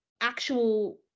actual